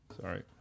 Sorry